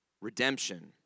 redemption